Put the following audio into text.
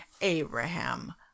Abraham